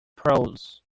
prose